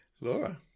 Laura